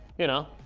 you know,